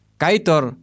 kaitor